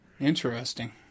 interesting